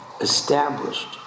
established